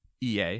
ea